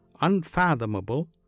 unfathomable